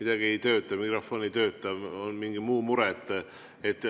midagi ei tööta, mikrofon ei tööta või on mingi muu mure.